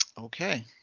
Okay